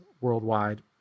worldwide